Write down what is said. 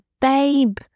babe